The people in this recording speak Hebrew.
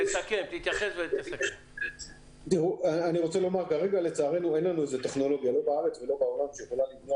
כרגע אין טכנולוגיה שיכולה למנוע